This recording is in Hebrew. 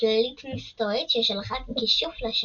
צללית מסתורית, ששלחה כישוף לשמיים,